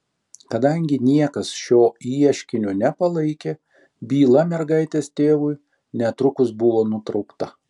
kadangi niekas šio ieškinio nepalaikė byla mergaitės tėvui netrukus buvo nutraukta